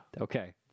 Okay